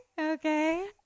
okay